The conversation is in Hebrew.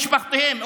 או משפחתם,